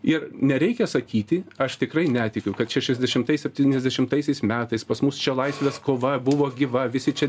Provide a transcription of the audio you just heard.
ir nereikia sakyti aš tikrai netikiu kad šešiasdešimtais septyniasdešimtaisiais metais pas mus čia laisvės kova buvo gyva visi čia